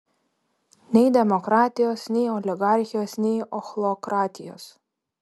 nei demokratijos nei oligarchijos nei ochlokratijos